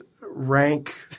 rank